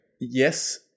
yes